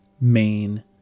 main